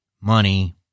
money